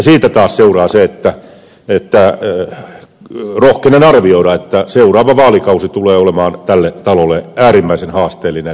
siitä taas seuraa se rohkenen arvioida että seuraava vaalikausi tulee olemaan tälle talolle äärimmäisen haasteellinen